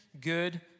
good